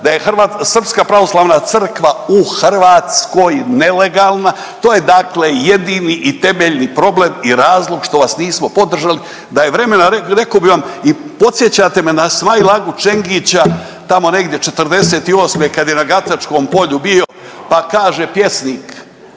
da je srpska pravoslavna crkva u Hrvatskoj nelegalna. To je dakle jedini i temeljni problem i razlog što vas nismo podržali. Da je vremena rekao bih vam i podsjećate me na Smail agu Čengića tamo negdje '48. kad je na …/Govornik se ne razumije./… polju bio pa kaže pjesnik: